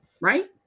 Right